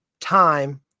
time